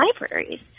libraries